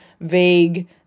vague